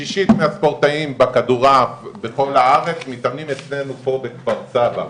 שישית מהספורטאים בכדורעף בכל הארץ מתאמנים אצלנו פה בכפר-סבא.